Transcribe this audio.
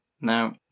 Now